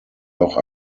auch